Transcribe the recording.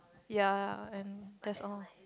ya and that's all